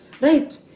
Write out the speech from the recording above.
right